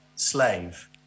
slave